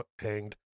hanged